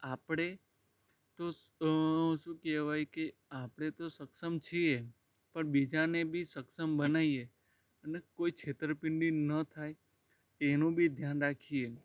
આપણે તો શું કહેવાય કે આપણે તો સક્ષમ છીએ પણ બીજાને બી સક્ષમ બનાવીએ અને કોઈ છેતરપિંડી ન થાય એનું બી ધ્યાન રાખીએ